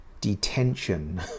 detention